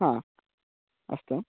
हा अस्तु